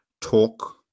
Talk